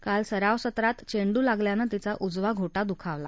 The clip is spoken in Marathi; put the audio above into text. काल सराव सत्रात चेंडू लागल्यानं तिचा उजवा घोटा दुखावला